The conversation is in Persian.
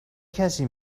کسی